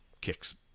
kicks